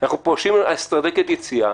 אנחנו מדברים על אסטרטגיית יציאה.